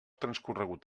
transcorregut